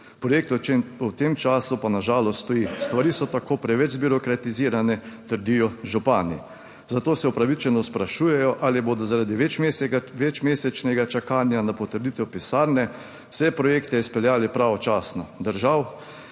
projekt v tem času pa na žalost stoji. Stvari so tako preveč zbirokratizirane, trdijo župani, zato se upravičeno sprašujejo, ali bodo, zaradi večmesečnega čakanja na potrditev pisarne, vse projekte izpeljali pravočasno, držav